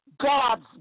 God's